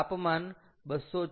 તાપમાન 284